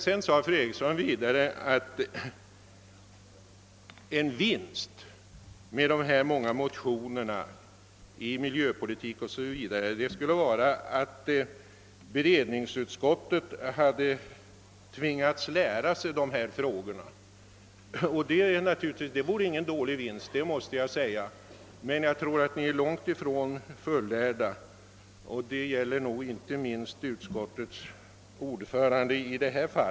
Fru Eriksson sade vidare att en vinst med de många motionerna angående miljöpolitiken o.s.v. skulle vara att beredningsutskottet tvingats att sätta sig in i dessa frågor. Det vore ingen dålig vinst, men ni är troligen långt ifrån fullärda — inte minst utskottets ordförande — i denna fråga.